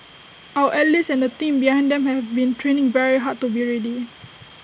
our athletes and the team behind them have been training very hard to be ready